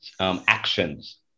Actions